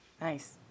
Nice